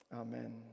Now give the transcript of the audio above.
amen